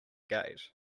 gate